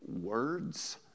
words